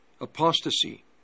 apostasy